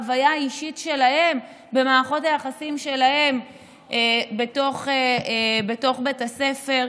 החוויה האישית שלהם במערכות היחסים שלהם בתוך בית הספר,